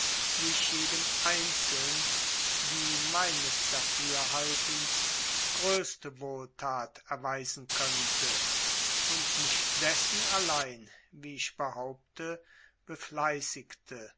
wie ich jedem einzeln die meines dafürhaltens größte wohltat erweisen könnte und mich dessen allein wie ich behaupte befleißigte